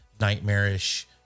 nightmarish